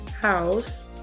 house